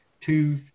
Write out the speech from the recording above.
Two